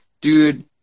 Dude